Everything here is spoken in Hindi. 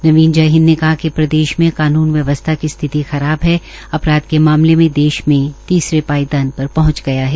नवीन जयहिंद ने कहा कि प्रदेश में कानून व्यवस्था की स्थिति खराब है अपराध के मामले में देश तीसरे पायदान पर पहंच गया है